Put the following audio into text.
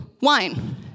wine